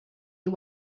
you